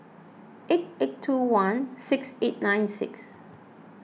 eight eight two one six eight nine six